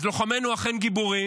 אז לוחמינו אכן גיבורים,